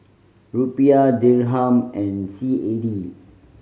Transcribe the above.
Rupiah Dirham and C A D